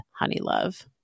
Honeylove